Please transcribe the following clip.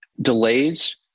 Delays